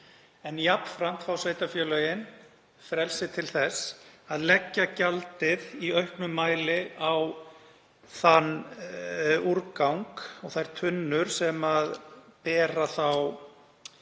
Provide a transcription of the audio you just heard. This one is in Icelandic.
Jafnframt fá sveitarfélögin frelsi til þess að leggja gjaldið í auknum mæli á þann úrgang og þær tunnur sem bera þá